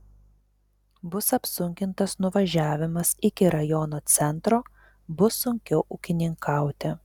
bus apsunkintas nuvažiavimas iki rajono centro bus sunkiau ūkininkauti